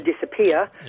disappear